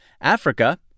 Africa